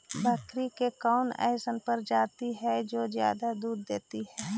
बकरी के कौन अइसन प्रजाति हई जो ज्यादा दूध दे हई?